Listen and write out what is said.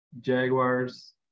Jaguars